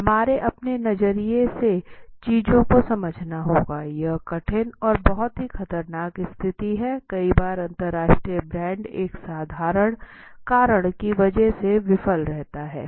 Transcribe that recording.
हमारे अपने नजरिए से चीजों को समझना होगा यह कठिन और बहुत ही खतरनाक स्थिति हैं कई बार अंतरराष्ट्रीय ब्रांड एक साधारण कारण की वजह से विफल रहता है